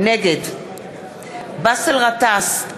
נגד באסל גטאס,